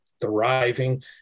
thriving